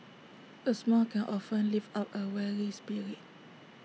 A smile can often lift up A weary spirit